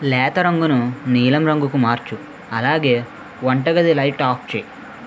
లేత రంగును నీలం రంగుకు మార్చు అలాగే వంటగది లైటు ఆఫ్ చెయ్యి